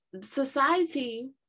society